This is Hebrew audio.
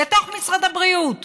בתוך משרד הבריאות,